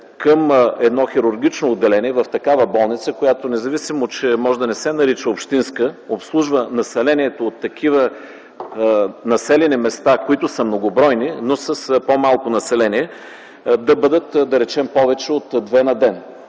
към едно хирургично отделение в такава болница, която, независимо че може да не се нарича общинска, обслужва населението от такива населени места, които са многобройни, но с по-малко население, трябва да бъдат, да речем, повече от две на ден.